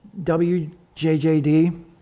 WJJD